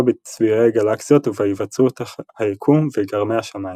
בצבירי גלקסיות ובהיווצרות היקום וגרמי השמיים.